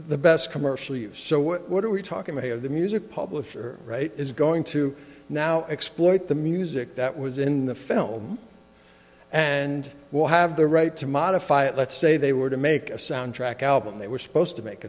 the best commercially so what are we talking may of the music publisher right is going to now exploit the music that was in the film and will have the right to modify it let's say they were to make a soundtrack album they were supposed to make